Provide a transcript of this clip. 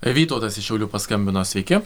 vytautas iš šiaulių paskambino sveiki